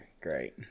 great